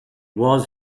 was